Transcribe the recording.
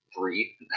three